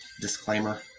disclaimer